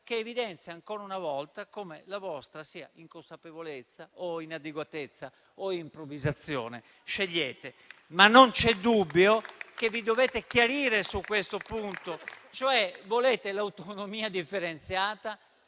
che evidenzia ancora una volta come la vostra sia inconsapevolezza o inadeguatezza o improvvisazione. Scegliete voi. Non c'è però dubbio che vi dovete chiarire su questo punto: volete l'autonomia differenziata